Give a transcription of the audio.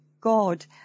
God